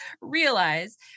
realize